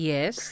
Yes